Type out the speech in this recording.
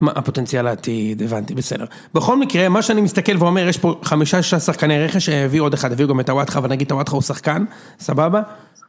מה הפוטנציאל העתיד, הבנתי, בסדר, בכל מקרה, מה שאני מסתכל ואומר, יש פה חמישה שחקני רכש שהביאו עוד אחד, הביאו גם את טוואטחה ונגיד שטוואטחה הוא שחקן, סבבה?